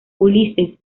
ulises